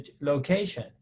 location